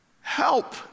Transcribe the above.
help